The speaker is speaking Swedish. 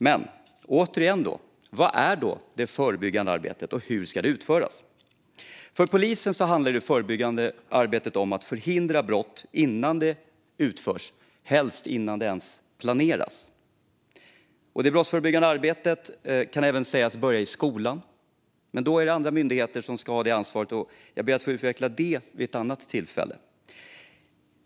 Men återigen: Vad är då det förebyggande arbetet, och hur ska det utföras? För polisen handlar det förebyggande arbetet om att förhindra brott innan de utförs, och helst innan de ens planeras. Det brottsförebyggande arbetet kan även sägas börja i skolan. Men då är det andra myndigheter som ska ha ansvaret, och jag ber att få utveckla det vid ett annat tillfälle.